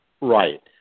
Right